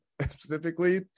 specifically